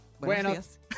Buenos